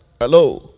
hello